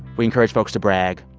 we encourage folks to brag.